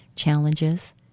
challenges